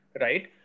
Right